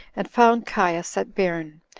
and found caius at bairn,